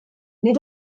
nid